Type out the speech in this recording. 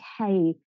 okay